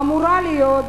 אמורה להיות,